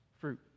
fruit